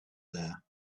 there